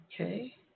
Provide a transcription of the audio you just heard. Okay